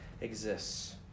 exists